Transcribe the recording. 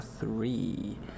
three